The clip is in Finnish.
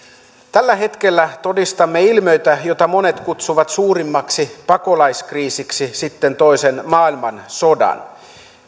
tällä hetkellä todistamme ilmiötä jota monet kutsuvat suurimmaksi pakolaiskriisiksi sitten toisen maailmansodan